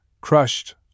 crushed